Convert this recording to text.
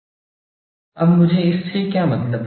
अब मुझे इससे क्या मतलब है